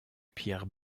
pierre